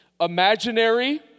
imaginary